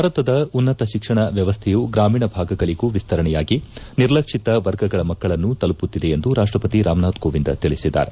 ಭಾರತದ ಉನ್ನತ ಶಿಕ್ಷಣ ವ್ಯವಸ್ಥೆಯು ಗ್ರಾಮೀಣ ಭಾಗಗಳಿಗೂ ವಿಸ್ತರಣೆಯಾಗಿ ನಿರ್ಲಕ್ಷಿತ ವರ್ಗಗಳ ಮಕ್ಕಳನ್ನು ತಲುಪುತ್ತಿದೆ ಎಂದು ರಾಷ್ಟಪತಿ ರಾಮನಾಥ್ ಕೋವಿಂದ್ ತಿಳಿಸಿದ್ದಾರೆ